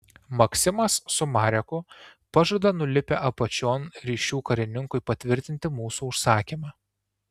maksimas su mareku pažada nulipę apačion ryšių karininkui patvirtinti mūsų užsakymą